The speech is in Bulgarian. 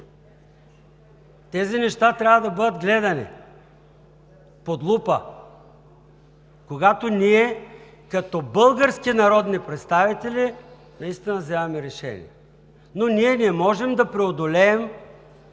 Тези неща трябва да бъдат гледани под лупа, когато ние, като български народни представители, взимаме решения. Но ние не можем да преодолеем